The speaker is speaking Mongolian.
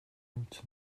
эмч